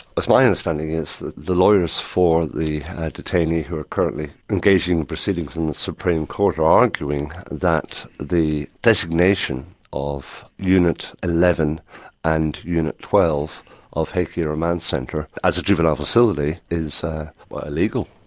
it's my understanding that the lawyers for the detainee who are currently engaging proceedings in the supreme court are arguing that the designation of unit eleven and unit twelve of hakea remand centre as a juvenile facility is illegal.